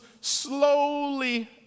slowly